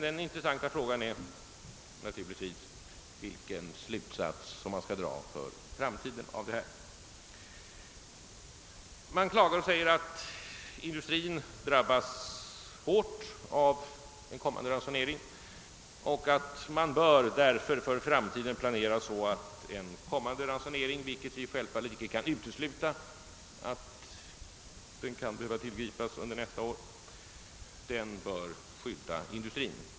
Den intressanta frågan är naturligtvis vilken slutsats vi för framtiden kan dra av det inträffade. Man klagar och säger att industrin drabbas hårt av en kommande ransonering och att det för framtiden bör planeras så att industrin inte drabbas av en eventuell ransonering — det kan självfallet icke uteslutas att en sådan kan behöva tillgripas under nästa år.